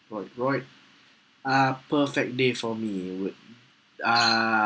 boy boy uh perfect day for me would uh